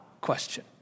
question